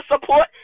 support